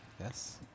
Yes